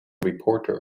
reporter